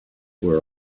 were